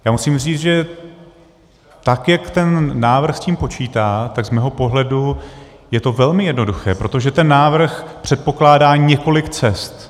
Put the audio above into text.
Já musím říct, že tak, jak ten návrh s tím počítá, tak z mého pohledu je to velmi jednoduché, protože ten návrh předpokládá několik cest.